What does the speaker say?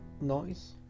noise